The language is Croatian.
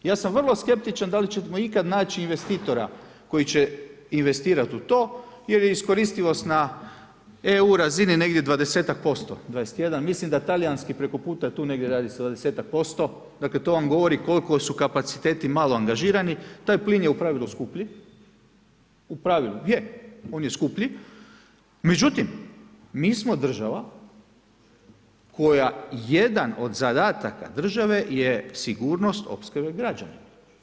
Ja sam vrlo skeptičan da li ćemo ikad naći investitora koji će investirati u to jer je iskoristivost na EU razini negdje 20%, 21, mislim da talijanski preko puta je tu negdje radi se o 20-ak posto dakle to vam govori koliko su kapaciteti malo angažirani, taj plin je u pravilu skuplji, u pravilu je, on je skuplji međutim mi smo država koja jedan od zadataka države je sigurnost opskrbe građanima.